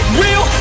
real